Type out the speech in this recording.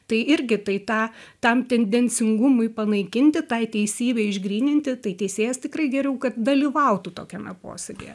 tai irgi tai tą tam tendencingumui panaikinti tai teisybei išgryninti tai teisėjas tikrai geriau kad dalyvautų tokiame posėdyje